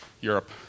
Europe